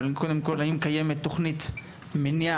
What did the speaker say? אבל קודם כל האם קיימת תכנית מניעה